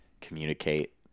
communicate